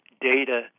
data